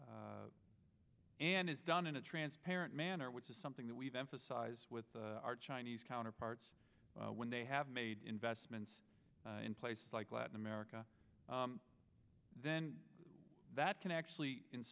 e and is done in a transparent manner which is something that we've emphasized with our chinese counterparts when they have made investments in places like latin america then that can actually in